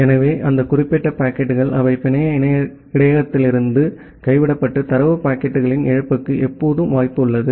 எனவே அந்த குறிப்பிட்ட பாக்கெட்டுகள் அவை பிணைய இடையகத்திலிருந்து கைவிடப்பட்டு தரவு பாக்கெட்டுகளின் இழப்புக்கு எப்போதும் வாய்ப்பு உள்ளது